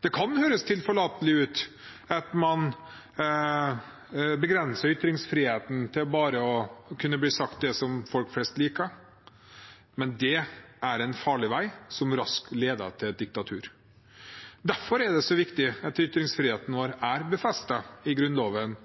Det kan høres tilforlatelig ut at man begrenser ytringsfriheten til at bare det som folk flest liker, skal kunne bli sagt, men det er en farlig vei, som raskt leder til diktatur. Derfor er det så viktig at ytringsfriheten vår er slått fast i Grunnloven,